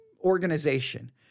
organization